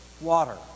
water